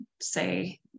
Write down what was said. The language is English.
say